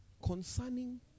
Concerning